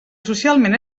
socialment